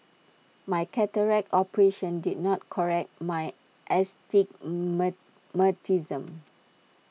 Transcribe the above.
my cataract operation did not correct my